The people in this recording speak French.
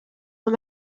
aux